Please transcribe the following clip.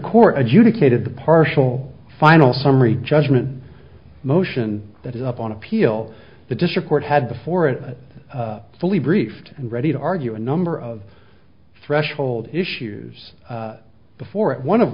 court adjudicated the partial final summary judgment motion that is up on appeal the district court had before it fully briefed and ready to argue a number of threshold issues before it one of